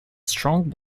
strong